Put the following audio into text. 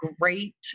great